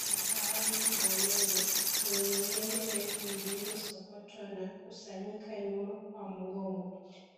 Mtaalam wa meno, mwenye nywele ndefu zilizosokotwa na kusanyika nyuma kwa mgongo.